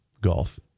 golf